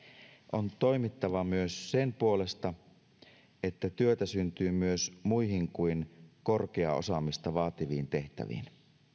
on toimittava myös sen puolesta että työtä syntyy myös muihin kuin korkeaa osaamista vaativiin tehtäviin